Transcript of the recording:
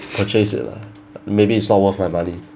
purchase it lah maybe it's not worth my money